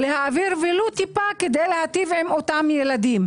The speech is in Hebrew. להעביר ולו טיפה כדי להיטיב עם אותם ילדים.